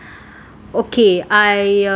okay I uh